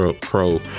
Pro